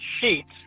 sheets